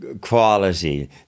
quality